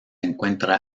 encuentra